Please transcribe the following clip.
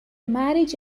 marriage